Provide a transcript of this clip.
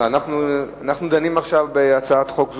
אנחנו דנים עכשיו בהצעת חוק זו,